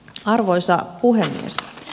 arvoisa puhemies